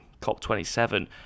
COP27